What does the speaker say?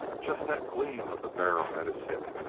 just that gleam of the barrel at his hip,